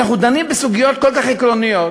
כשאנחנו דנים בסוגיות כל כך עקרוניות